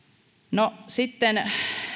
no sitten